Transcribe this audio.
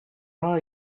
are